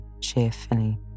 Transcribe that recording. cheerfully